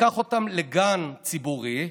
תיקח אותם לגן ציבורי,